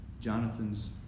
Jonathan's